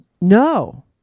No